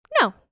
no